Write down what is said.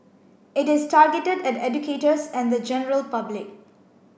it is targeted at educators and the general public